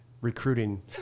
recruiting